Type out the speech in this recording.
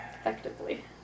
Effectively